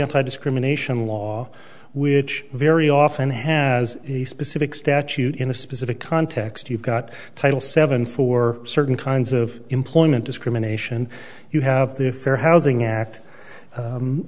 anti discrimination law which very often has a specific statute in a specific context you've got title seven for certain kinds of employment discrimination you have the fair housing act